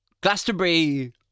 Glastonbury